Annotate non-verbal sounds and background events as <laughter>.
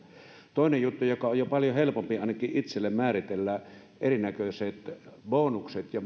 toinen juttu joka on jo paljon helpompi ainakin itselle määritellä erinäköisiin bonuksiin ja <unintelligible>